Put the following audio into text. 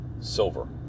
silver